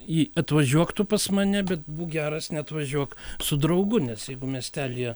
ji atvažiuok tu pas mane bet būk geras neatvažiuok su draugu nes jeigu miestelyje